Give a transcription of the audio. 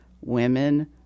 women